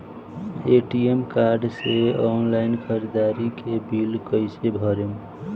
ATM card से online ख़रीदारी के बिल कईसे भरेम?